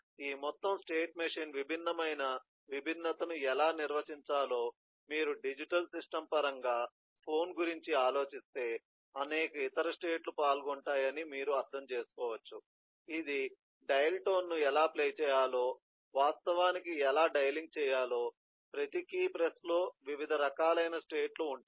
ఈ మొత్తం state machine విభిన్నమైన విభిన్నతను ఎలా నిర్వచించాలో మీరు డిజిటల్ సిస్టమ్ పరంగా ఫోన్ గురించి ఆలోచిస్తే అనేక ఇతర స్టేట్ లు పాల్గొంటాయని మీరు అర్థం చేసుకోవచ్చు ఇది డయల్ టోన్ ఎలా ప్లే చేయాలో వాస్తవానికి ఎలా డయలింగ్ చేయాలో ప్రతి కీ ప్రెస్లో వివిధ రకాలైన స్టేట్ లు ఉంటాయి